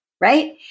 right